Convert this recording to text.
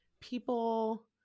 people